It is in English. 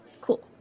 Cool